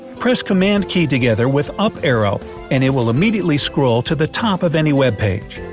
press command key together with up arrow and it will immediately scroll to the top of any web page.